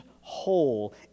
whole